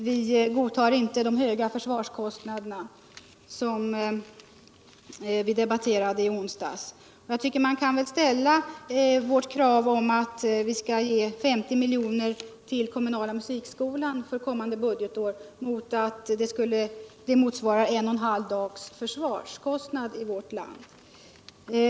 Vi godtar inte helter de höga försvarskostnaderna, som vi debatterade i onsdags. Jag tycker att man kan ställa vårt krav på ett anslag för kommande budgetår på 50 milj.kr. till den kommunala musikskolan i relation till att det motsvarar en och en halv dags försvarskostnader i vårt land.